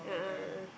a'ah a'ah